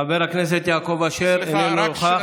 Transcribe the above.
חבר הכנסת יעקב אשר, איננו נוכח.